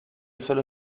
solo